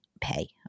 pay